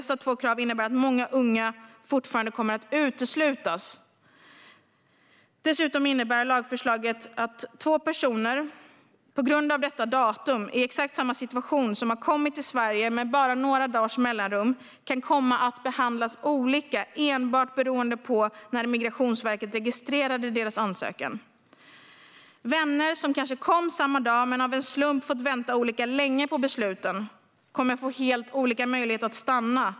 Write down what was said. Dessa två krav innebär att många unga fortfarande kommer att uteslutas. Dessutom innebär lagförslaget på grund av detta datum att två personer i exakt samma situation som kommit till Sverige med bara dagars mellanrum kan komma att behandlas olika enbart beroende på när Migrationsverket registrerade deras ansökan. Vänner som kanske kom samma dag men av en slump fått vänta olika länge på besluten kommer att få helt olika möjlighet att stanna.